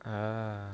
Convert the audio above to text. ah